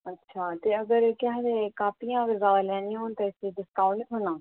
अच्छा ते अगर केह् आखदे कापियां अगर ज्यादा लैनियां होन ते फिर डिस्काउंट थ्होना